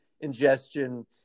ingestion